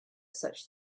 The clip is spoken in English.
such